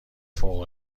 فوق